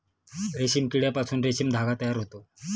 रेशीम किड्यापासून रेशीम धागा तयार होतो